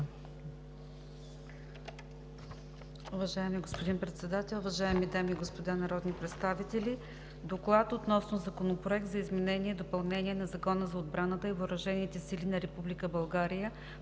Уважаеми господин Председател, уважаеми дами и господа народни представители! „ДОКЛАД относно Законопроект за изменение и допълнение на Закона за отбраната и въоръжените сили на Република България,